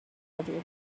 other